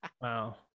Wow